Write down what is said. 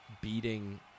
beating